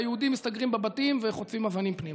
והיהודים מסתגרים בבתים וחוטפים אבנים פנימה.